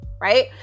right